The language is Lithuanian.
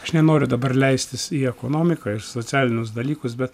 aš nenoriu dabar leistis į ekonomiką ir socialinius dalykus bet